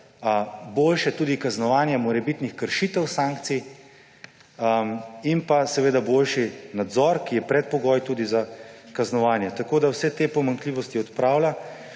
boljše tudi kaznovanje morebitnih kršitev sankcij in boljši nadzor, ki je predpogoj tudi za kaznovanje, tako da vse te pomanjkljivosti odpravlja.